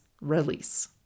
release